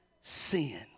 sin